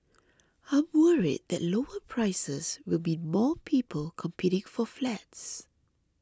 I'm worried that lower prices will mean more people competing for flats